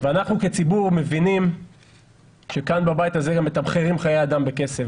ואנחנו כציבור מבינים שכאן בבית הזה גם מתמחרים חיי אדם בכסף.